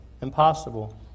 impossible